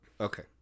okay